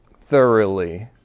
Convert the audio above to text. thoroughly